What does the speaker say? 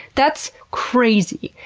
that's crazy.